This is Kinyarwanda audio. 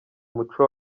umuco